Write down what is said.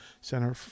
Center